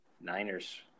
Niners